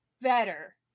better